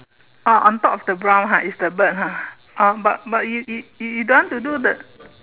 orh on top of the brown ha is the bird ha uh but but you you you you don't want to do the